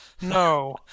No